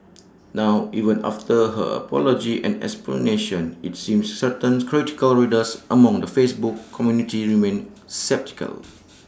now even after her apology and explanation IT seems certain critical readers among the Facebook community remained sceptical